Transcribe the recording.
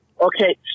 Okay